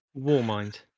Warmind